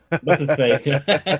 what's-his-face